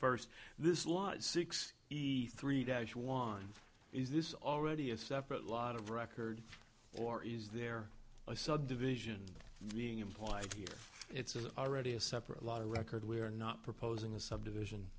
first this lot six three dash one is this already a separate lot of record or is there a subdivision being employed here it's already a separate lot of record we are not proposing a subdivision